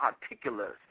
particulars